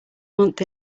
month